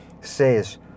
says